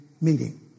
meeting